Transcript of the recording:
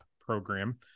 program